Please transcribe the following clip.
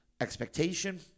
expectation